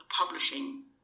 publishing